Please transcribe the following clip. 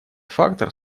фактор